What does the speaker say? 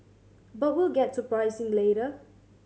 but we'll get to pricing later